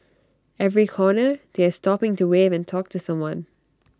every corner they are stopping to wave and talk to someone